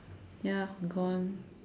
ya gone